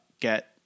get